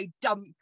dump